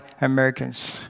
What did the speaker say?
Americans